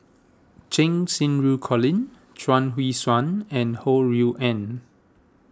Cheng Xinru Colin Chuang Hui Tsuan and Ho Rui An